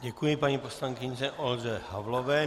Děkuji paní poslankyni Olze Havlové.